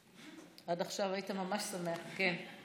עד עכשיו היית ממש שמח, כן.